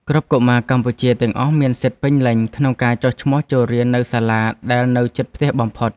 គ្រប់កុមារកម្ពុជាទាំងអស់មានសិទ្ធិពេញលេញក្នុងការចុះឈ្មោះចូលរៀននៅសាលាដែលនៅជិតផ្ទះបំផុត។